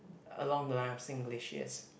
along the line of Singlish yes